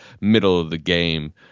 middle-of-the-game